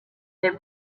their